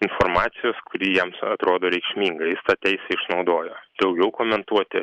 informacijos kuri jiems atrodo reikšminga jis tą teisę išnaudojo daugiau komentuoti